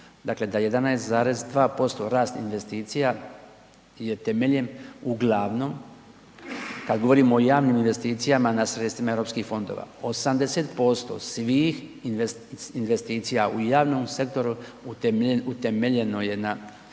dakle da 11,2% rast investicija je temeljem uglavnom kad govorimo o javnim investicijama na sredstvima europskih fondova, 80% svih investicija u javnom sektoru utemeljeno je na